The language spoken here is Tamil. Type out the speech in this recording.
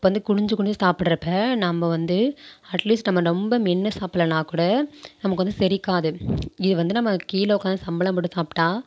அப்போ வந்து குனிஞ்சு குனிஞ்சு சாப்பிட்றப்ப நம்ம வந்து அட்லீஸ்ட் நம்ம ரொம்ப மென்று சாப்பிட்லன்னாக் கூட நமக்கு வந்து செரிக்காது இது வந்து நம்ம கீழே உக்கார்ந்து சம்பணம் போட்டு சாப்பிட்டா